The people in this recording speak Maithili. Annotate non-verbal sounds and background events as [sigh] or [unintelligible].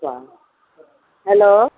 [unintelligible] हेलो